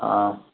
ہاں